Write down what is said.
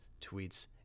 tweets